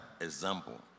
example